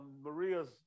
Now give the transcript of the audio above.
Maria's